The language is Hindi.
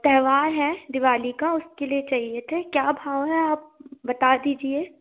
त्योहार है दीवाली का उसके लिए चाहिए थे क्या भाव हैं आप बता दीजिए